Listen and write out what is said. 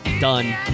done